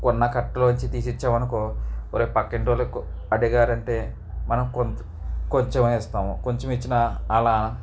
కొన్న కట్టలో నుంచి తీసిచ్చామనుకో రేపు పక్కింటి వాళ్ళు కు అడిగారు అంటే మనం కొంచెమే ఇస్తాము కొంచెం ఇచ్చినా వాళ్ళ